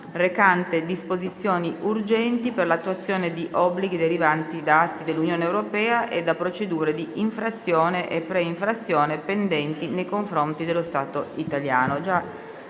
recante disposizioni urgenti per l'attuazione di obblighi derivanti da atti dell'Unione europea e da procedure di infrazione e pre-infrazione pendenti nei confronti dello Stato italiano;